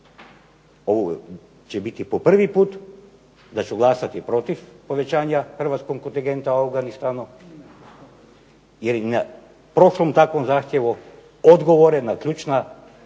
Ovo će biti po prvi put da ću glasati protiv povećanja hrvatskog kontingenta u Afganistanu jer i na prošlom takvom zahtjevu odgovore na ključna